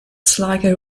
sligo